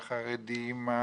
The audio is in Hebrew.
חרדים,